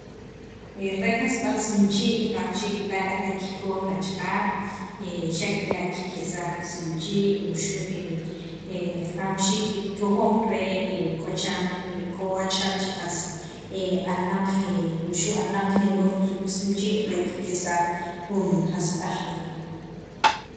re jasb'al sa'mchii' rajawxiik b'la' re kikkoj li achejaab' xa' kela' kikalsaj kisamchii' wuxu' rajawxiik kikojon k'o chiran k'o achejaab' che qas alnaq alnaq wuxu'alnaq ke kenimrul kisamchii' re kikelsaj jun jasb'al rii'.